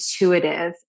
intuitive